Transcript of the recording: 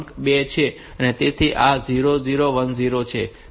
તેથી આ 0 0 1 0 છે